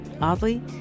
Oddly